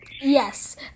Yes